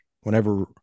whenever